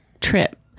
trip